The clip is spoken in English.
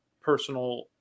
personal